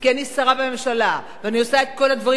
כי אני שרה בממשלה ואני עושה את כל הדברים